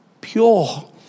pure